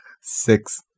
Six